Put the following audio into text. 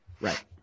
Right